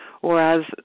whereas